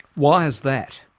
why is that?